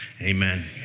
amen